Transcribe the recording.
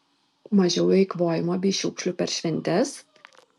mažiau eikvojimo bei šiukšlių per šventes